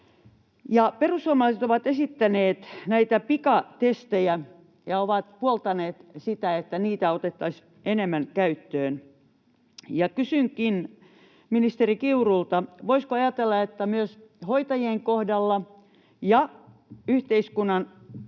Perussuomalaiset ovat esittäneet näitä pikatestejä ja ovat puoltaneet sitä, että niitä otettaisiin enemmän käyttöön. Kysynkin ministeri Kiurulta, voisiko ajatella, että myös hoitajien kohdalla ja yhteiskunnan